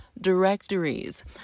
directories